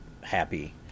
happy